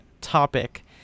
topic